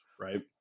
right